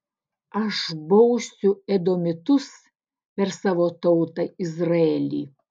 aš bausiu edomitus per savo tautą izraelį